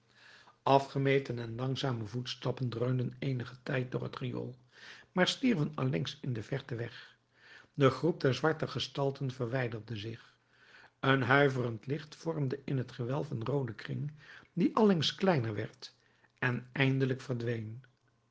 afgemeten en langzame voetstappen dreunden eenigen tijd door het riool maar stierven allengs in de verte weg de groep der zwarte gestalten verwijderde zich een huiverend licht vormde in t gewelf een rooden kring die allengs kleiner werd en eindelijk verdween